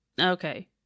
Okay